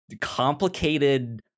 complicated –